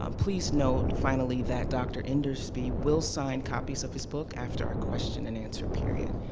um please note, finally, that dr. endersby will sign copies of his book after our question and answer period.